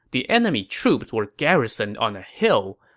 the enemy troops were garrisoned on a hill.